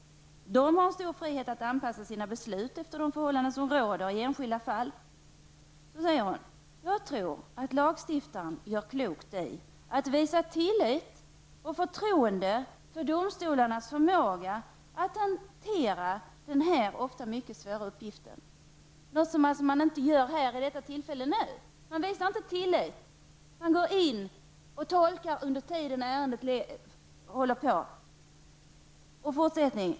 De har stor frihet att anpassa sina beslut efter de förhållanden som råder i enskilda fall.'' Därefter säger justitieministern: ''Jag tror att lagstiftaren gör klokt i att visa tillit och förtroende för domstolarnas förmåga att hantera den här ofta mycket svåra uppgiften.'' Det är något som man verkligen inte gör nu. Man visar inte tillit utan tolkar lagstiftningen samtidigt som ett ärende ännu inte är avgjort.